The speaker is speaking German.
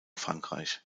frankreich